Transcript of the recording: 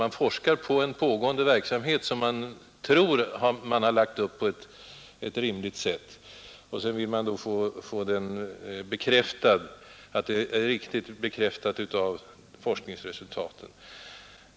Man forskar i en pågående verksamhet, som man tror att man har lagt upp på ett riktigt sätt, och sedan söker man få forskningsresultat som bekräftar att det är så.